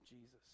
Jesus